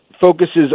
focuses